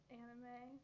anime